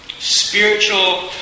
spiritual